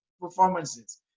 performances